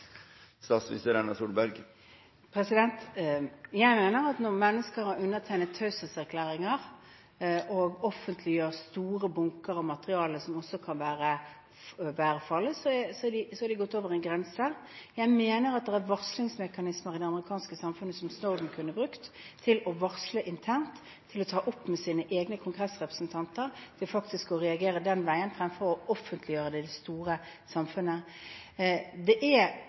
Jeg mener at når mennesker som har undertegnet taushetserklæringer, offentliggjør store bunker av materiale som også kan være farlig, har de gått over en grense. Jeg mener det er varslingsmekanismer i det amerikanske samfunnet som Snowden kunne brukt til å varsle internt, til å ta det opp med sine egne kongressrepresentanter, til faktisk å reagere den veien fremfor å offentliggjøre det i det store samfunnet. Etterretningsvirksomhet baserer seg også på kilder som står i fare for å miste livet hvis de blir «blåst». Derfor er